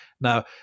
Now